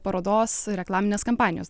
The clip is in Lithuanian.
parodos reklaminės kampanijos